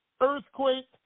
earthquake